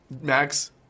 Max